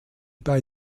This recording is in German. bei